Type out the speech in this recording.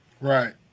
Right